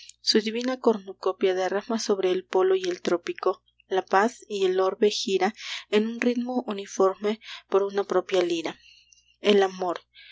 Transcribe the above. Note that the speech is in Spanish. su divina cornucopia derrama sobre el polo y el trópico la paz y el orbe gira en un ritmo uniforme por una propia lira el amor